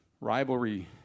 rivalry